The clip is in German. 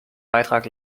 beitrag